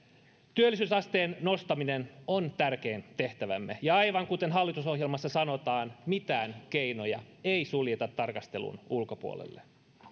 työllisyysasteen nostaminen on tärkein tehtävämme ja aivan kuten hallitusohjelmassa sanotaan mitään keinoja ei suljeta tarkastelun ulkopuolelle